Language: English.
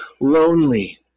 lonely